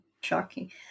Shocking